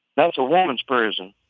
that's a women's prison.